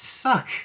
suck